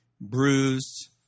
bruised